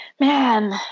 Man